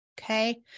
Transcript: Okay